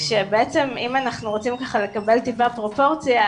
כשבעצם אם אנחנו רוצים לקבל טיפה פרופורציה,